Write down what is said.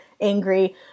angry